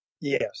Yes